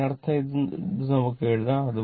അതിനർത്ഥം ഇത് നമുക്ക് എഴുതാം